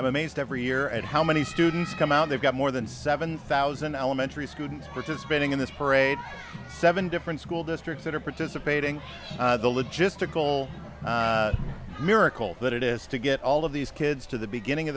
i'm amazed every year at how many students come out they've got more than seven thousand elementary school participating in this parade seven different school districts that are participating the logistical miracle that it is to get all of these kids to the beginning of